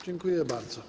Dziękuję bardzo.